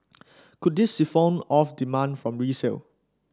could this siphon off demand from resale